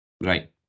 Right